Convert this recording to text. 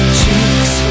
cheeks